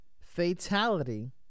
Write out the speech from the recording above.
Fatality